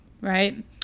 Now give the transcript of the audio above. right